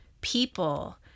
people